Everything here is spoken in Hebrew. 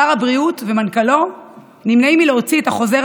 שר הבריאות ומנכ"לו נמנעים מלהוציא את החוזר